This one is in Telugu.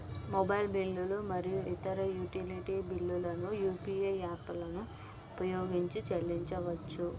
మొబైల్ బిల్లులు మరియు ఇతర యుటిలిటీ బిల్లులను యూ.పీ.ఐ యాప్లను ఉపయోగించి చెల్లించవచ్చు